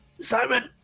Simon